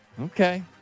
Okay